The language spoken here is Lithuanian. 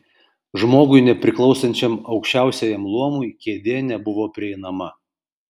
žmogui nepriklausančiam aukščiausiajam luomui kėdė nebuvo prieinama